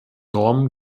normen